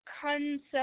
concept